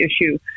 issue